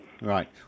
Right